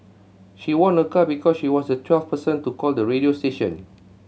she won a car because she was the twelfth person to call the radio station